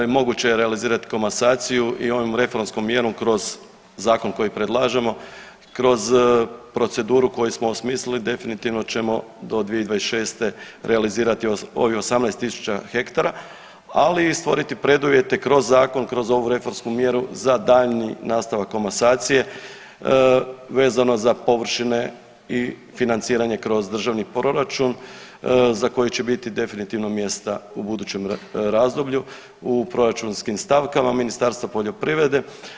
Moguće je realizirat komasaciju i ovom reformskom mjerom kroz zakon koji predlažemo, kroz proceduru koju smo osmislili definitivno ćemo do 2026. realizirati ovih 18 tisuća hektara, ali i stvoriti preduvjete kroz zakon, kroz ovu zakonsku mjeru za daljnji nastavak komasacije vezano za površine i financiranje kroz državni proračun za koji će biti definitivno mjesta u budućem razdoblju u proračunskim stavkama Ministarstva poljoprivrede.